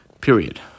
Period